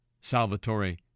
Salvatore